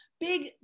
big